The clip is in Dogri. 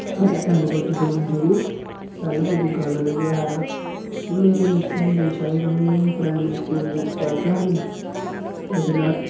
सारें शा पैह्ले पुजदे अ'ऊं जू पैह्ले पुजदे गाना लगेआ हा तां मेरे निक्के होंदे दी शायद अ'ऊं प्राईमरी स्कूल बिच पढ़दा हा नीं ते उस